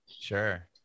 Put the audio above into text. Sure